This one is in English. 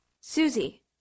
Susie